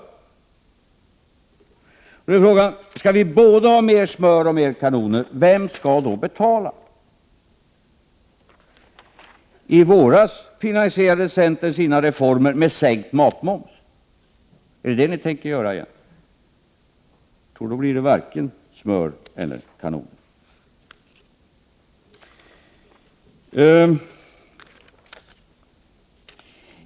Och nu är frågan: Skall vi ha både mer smör och mer kanoner, vem skall då betala? I våras finansierade centern sina reformer med sänkt matmoms. Är det vad ni tänker göra igen? Då blir det varken smör eller kanoner.